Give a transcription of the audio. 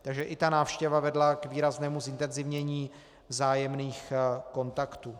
Takže i ta návštěva vedla k výraznému zintenzivnění vzájemných kontaktů.